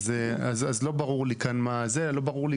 אז לא ברור לי כאן מה אתה עושה.